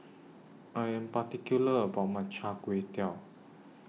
I Am particular about My Char Kway Teow